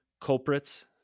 culprits